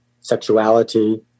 sexuality